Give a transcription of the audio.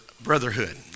brotherhood